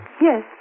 Yes